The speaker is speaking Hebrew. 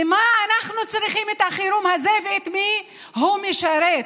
למה אנחנו צריכים את החירום הזה ואת מי הוא משרת?